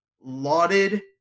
lauded